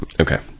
okay